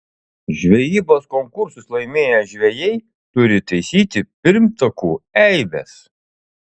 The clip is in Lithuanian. žvejybos konkursus laimėję žvejai turi taisyti pirmtakų eibes